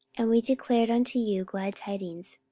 and we declare unto you glad tidings,